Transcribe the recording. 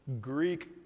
Greek